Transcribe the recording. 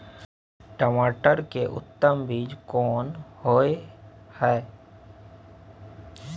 टमाटर के उत्तम बीज कोन होय है?